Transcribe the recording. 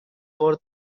for